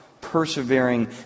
persevering